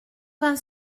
vingt